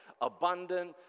abundant